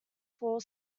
four